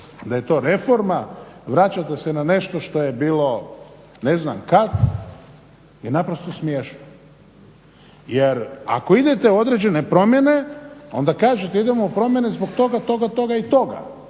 da je to reforma vraćate se na nešto što je bilo ne znam kad je naprosto smiješno. Jer ako idete određene promjene onda kažete idemo u promjene zbog toga, toga i toga.